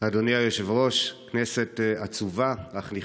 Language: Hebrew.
אדוני היושב-ראש, כנסת עצובה אך נכבדה,